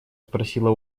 спросила